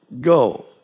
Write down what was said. go